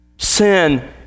Sin